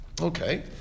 Okay